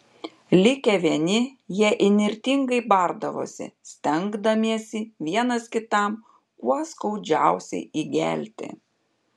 likę vieni jie įnirtingai bardavosi stengdamiesi vienas kitam kuo skaudžiausiai įgelti